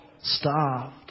starved